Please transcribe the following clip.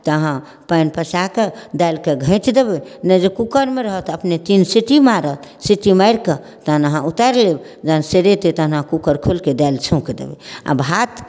तऽ अहाँ पानि पसाकऽ दालिके घाँचि देबै नहि जे कूकरमे रहत अपने तीन सीटी मारत सीटी मारिकऽ तहन अहाँ उतारि लेब जहन सरेतै तहन अहाँ कूकर खोलिकऽ दालि छौँकि देबै आओर भात